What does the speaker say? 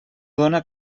dóna